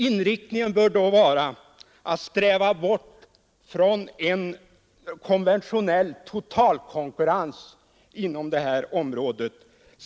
Inriktningen bör då vara att sträva bort från en konventionell totalkonkurrens inom detta område.